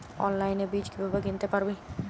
অনলাইনে বীজ কীভাবে কিনতে পারি?